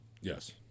Yes